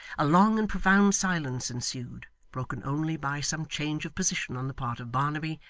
a long and profound silence ensued, broken only by some change of position on the part of barnaby,